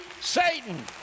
Satan